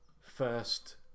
first